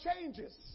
changes